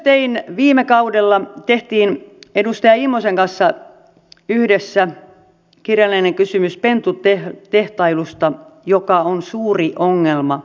myös viime kaudella teimme edustaja immosen kanssa yhdessä kirjallisen kysymyksen pentutehtailusta joka on suuri ongelma tänä päivänä